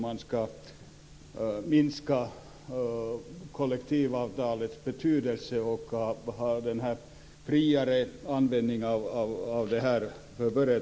Man vill minska kollektivavtalets betydelse och få en friare användning där för företagen.